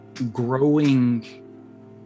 growing